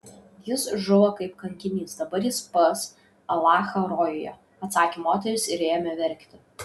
jis žuvo kaip kankinys dabar jis pas alachą rojuje atsakė moteris ir ėmė verkti